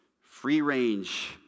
free-range